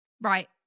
Right